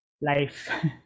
life